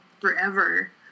Forever